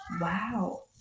Wow